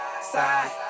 Side